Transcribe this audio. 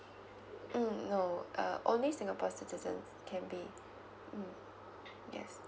mm no uh only singapore citizens can be mm yes